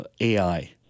AI